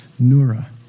nura